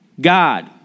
God